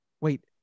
wait